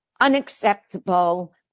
unacceptable